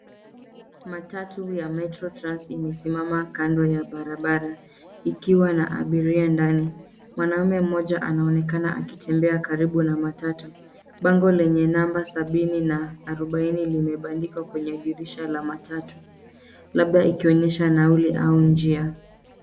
Matatu ya metro trans imesimama kando ya barabara ikiwa na abiria ndani. Mwanaume mmoja anaonekana akitembea karibu na matatu. Bango lenye namba sabini na arobaini limebandikwa kwenye dirisha la matatu, labda ikionyesha nauli au njia.